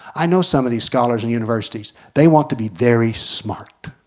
i know some of these scholars and universities. they want to be very smart.